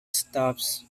stops